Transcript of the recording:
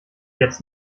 jetzt